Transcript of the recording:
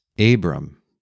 Abram